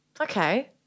Okay